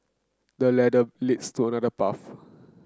the ladder leads to another path